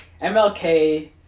MLK